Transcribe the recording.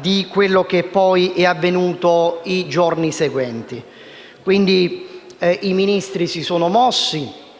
di quello che poi è avvenuto nei giorni seguenti. I Ministri si sono mossi